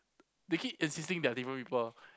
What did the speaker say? they keep insisting that they are different people